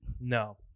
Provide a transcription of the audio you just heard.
No